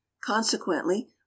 consequently